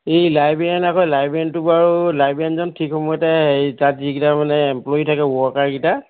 এই লাইব্ৰেৰীয়ান আকৌ লাইব্ৰেৰীয়ানটো বাৰু লাইব্ৰেৰীয়ানজন ঠিক সময়তে তাত যিকেইটা বোলে এম্প্লয়ি থাকে ৱৰ্কাৰকেইটা